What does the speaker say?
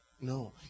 No